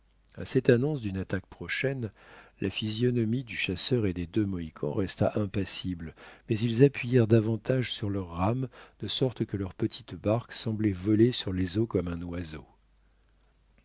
à cette annonce d'une attaque prochaine la physionomie du chasseur et des deux mohicans resta impassible mais ils appuyèrent davantage sur leurs rames de sorte que leur petite barque semblait voler sur les eaux comme un oiseau